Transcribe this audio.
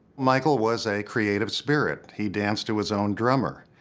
michael was a creative spirit he danced to his own drummer.